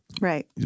Right